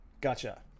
gotcha